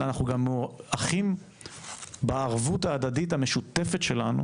אלא גם אחים בערבות ההדדית המשותפת שלנו